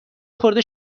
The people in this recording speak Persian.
خورده